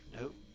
Nope